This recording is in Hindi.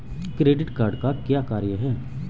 क्रेडिट कार्ड का क्या कार्य है?